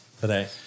today